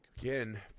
Again